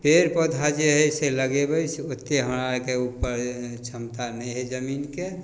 पेड़ पौधा जे हइ से लगेबै से ओतेक हमरा आओरके उपर क्षमता नहि हइ जमीनके